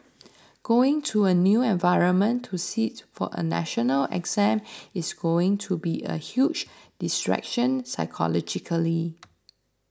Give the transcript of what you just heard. going to a new environment to sit for a national exam is going to be a huge distraction psychologically